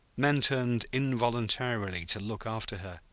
men turned involuntarily to look after her,